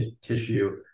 tissue